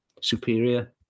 Superior